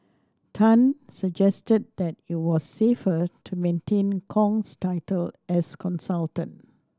tan suggested that it was safer to maintain Kong's title as consultant